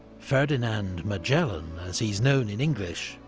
ferdinand magellan, as he's known in english,